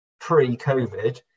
pre-COVID